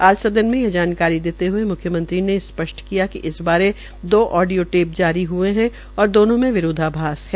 आज सदन में यह जानकारी देते हए म्ख्यमंत्री ने स्पष्ट किया कि इस बारे दो ओडियो टेप जारी हए है और दोनों में विरोधाभास है